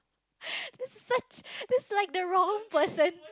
this is such this is like the wrong person